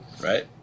right